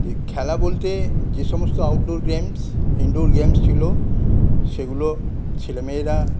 যে খেলা বলতে যে সমস্ত আউটডোর গেমস ইনডোর গেমস ছিল সেগুলো ছেলে মেয়েরা